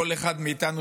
כל אחד מאיתנו,